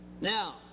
Now